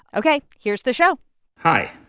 ok, here's the show hi,